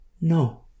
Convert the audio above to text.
No